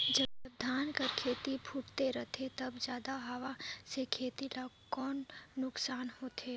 जब धान कर खेती फुटथे रहथे तब जादा हवा से खेती ला कौन नुकसान होथे?